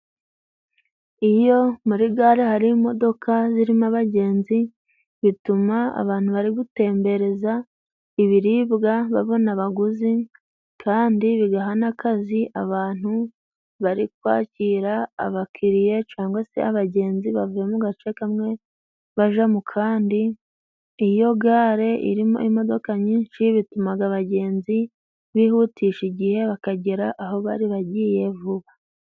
Iyo muri gare hari imodoka zirimo abagenzi, bituma abantu bari gutembereza ibiribwa babona abaguzi kandi bigaha n'akazi abantu bari kwakira abakiriya cangwa se abagenzi bavuye mu gace kamwe baja mu kandi. Iyo gare irimo imodoka nyinshi bitumaga abagenzi bihutisha igihe bakagera aho bari bagiye vuba.